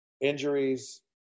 injuries